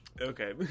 Okay